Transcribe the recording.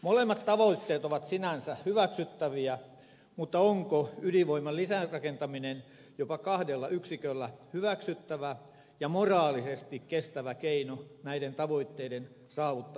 molemmat tavoitteet ovat sinänsä hyväksyttäviä mutta onko ydinvoiman lisärakentaminen jopa kahdella yksiköllä hyväksyttävä ja moraalisesti kestävä keino näiden tavoitteiden saavuttamiseksi